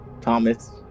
Thomas